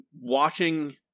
watching